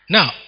Now